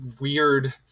weird